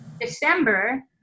December